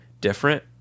different